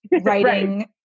writing